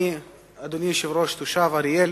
אדוני היושב-ראש, אני תושב אריאל,